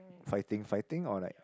fighting fighting or like